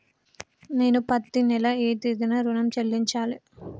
నేను పత్తి నెల ఏ తేదీనా ఋణం చెల్లించాలి?